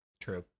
true